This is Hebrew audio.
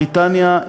בריטניה,